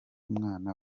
mwana